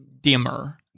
dimmer